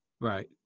right